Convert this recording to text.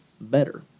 better